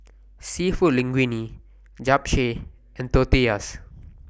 Seafood Linguine Japchae and Tortillas